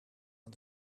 aan